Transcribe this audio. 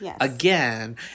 again